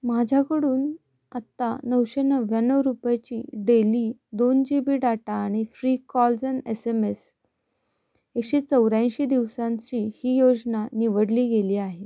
माझ्याकडून आत्ता नऊशे नव्याण्णव रुपयाची डेली दोन जी बी डाटा आणि free calls and S M S अशी चौऱ्याऐंशी दिवसांची ही योजना निवडली गेली आहे